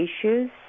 issues